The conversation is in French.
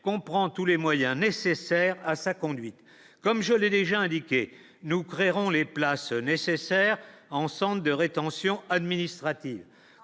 comprend tous les moyens nécessaires à sa conduite, comme je l'ai déjà indiqué, nous créerons les places nécessaires en centre de rétention administrative,